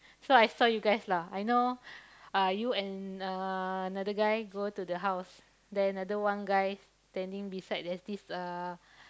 so I saw you guys lah I know uh you and uh another guy go to the house then another one guy standing beside there's this uh